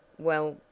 well,